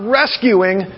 rescuing